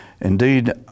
indeed